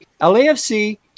LAFC